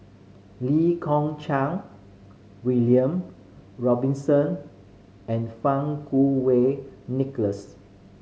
Lee Kong Chian William Robinson and Fang Kuo Wei Nicholas